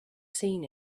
seen